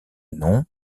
nom